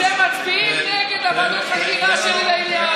אתם מצביעים נגד ועדות החקירה שלי לעניין.